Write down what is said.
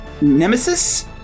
nemesis